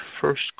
first